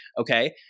Okay